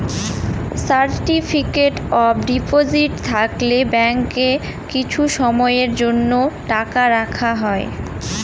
certificate of deposit থাকলে ব্যাঙ্কে কিছু সময়ের জন্য টাকা রাখা হয়